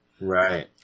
Right